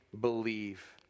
believe